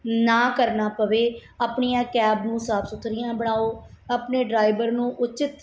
ਨਾ ਕਰਨਾ ਪਵੇ ਆਪਣੀਆਂ ਕੈਬ ਨੂੰ ਸਾਫ਼ ਸੁਥਰੀਆਂ ਬਣਾਓ ਆਪਣੇ ਡਰਾਈਵਰ ਨੂੰ ਉਚਿੱਤ